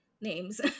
names